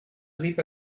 rieb